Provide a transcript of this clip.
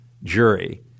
jury